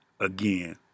again